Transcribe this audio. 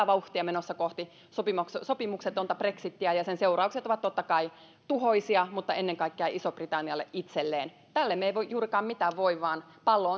vauhtia menossa kohti sopimuksetonta sopimuksetonta brexitiä ja sen seuraukset ovat totta kai tuhoisia ennen kaikkea isolle britannialle itselleen tälle me emme juurikaan mitään voi vaan pallo